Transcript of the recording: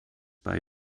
bei